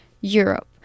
Europe